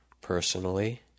personally